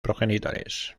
progenitores